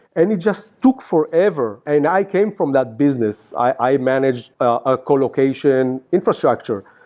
and it just took forever, and i came from that business. i managed a collocation infrastructure.